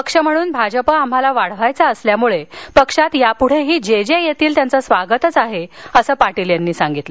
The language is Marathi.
पक्ष म्हणून भाजप आम्हाला वाढवायचा असल्यामुळं पक्षात यापुढेही जे जे येतील त्यांचं स्वागतच आहे असं पाटील यांनी सांगितलं